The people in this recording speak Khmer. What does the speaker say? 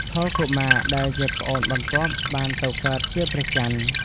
ថុល កុមារ ដែលជាប្អូនបន្ទាប់បានទៅកើតជា ព្រះចន្ទ។